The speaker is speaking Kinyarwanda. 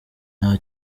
nta